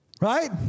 Right